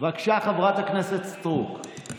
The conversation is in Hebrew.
בבקשה, חברת הכנסת סטרוק.